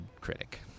critic